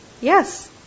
Yes